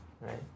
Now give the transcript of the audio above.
right